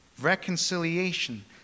reconciliation